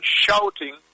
shouting